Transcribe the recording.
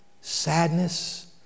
sadness